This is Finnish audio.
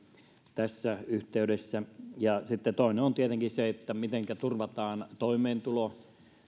tässä yhteydessä ja sitten toinen on tietenkin se mitenkä turvataan toimeentulo